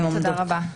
תודה רבה.